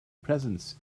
presence